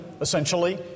essentially